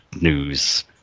news